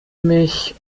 mich